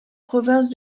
province